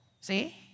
See